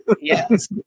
Yes